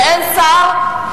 ואין שר,